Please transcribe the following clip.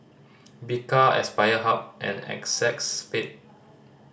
Bika Aspire Hub and Acexspade